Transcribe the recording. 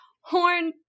horn